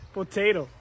Potato